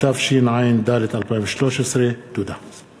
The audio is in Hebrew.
התשע"ד 2013. תודה.